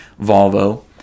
volvo